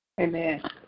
Amen